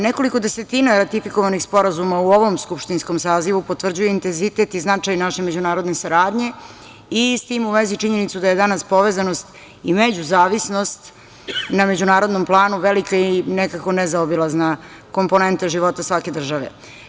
Nekoliko desetina ratifikovanih sporazuma u ovom skupštinskom sazivu potvrđuje intenzitet i značaj naše međunarodne saradnje i s tim u vezi činjenicu da je danas povezanost i međuzavisnost na međunarodnom planu velika je i nekako nezaobilazna komponenta života svake države.